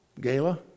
gala